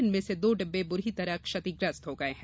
इनमें से दो डिब्बे बुरी तरह क्षतिग्रस्त हो गये हैं